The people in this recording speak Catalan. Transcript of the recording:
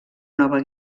nova